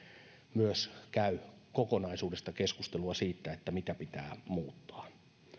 myös käy kokonaisuudesta keskustelua siitä mitä pitää muuttaa